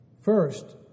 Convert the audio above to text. first